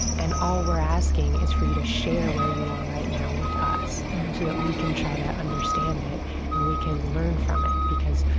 and all we're asking is for you to share where you are right now with us so that we can try to understand it and we can learn from it because,